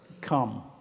come